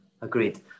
agreed